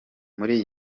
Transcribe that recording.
muri